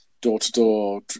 door-to-door